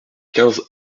quinze